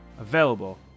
available